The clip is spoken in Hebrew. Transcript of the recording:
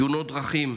תאונות דרכים: